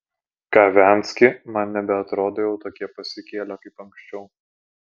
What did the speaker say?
kavenski man nebeatrodo jau tokie pasikėlę kaip anksčiau